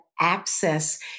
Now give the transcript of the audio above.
Access